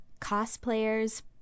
cosplayers